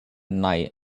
night